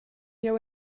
jeu